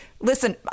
listen